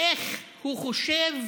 איך הוא חושב